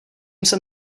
jsem